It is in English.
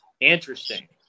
Interesting